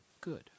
Good